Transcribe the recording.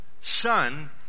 son